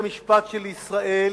בית-המשפט של ישראל